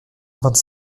vingt